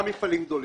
גם מפעלים גדולים,